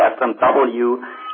FMW